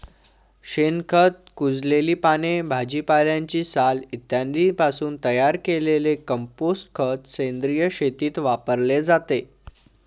शेणखत, कुजलेली पाने, भाजीपाल्याची साल इत्यादींपासून तयार केलेले कंपोस्ट खत सेंद्रिय शेतीत वापरले जाते